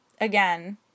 again